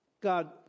God